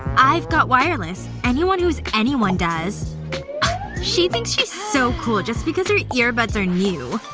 i've got wireless. anyone who's anyone does she thinks she's so cool just because her earbuds are new